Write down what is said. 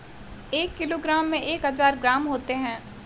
एक किलोग्राम में एक हज़ार ग्राम होते हैं